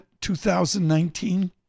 2019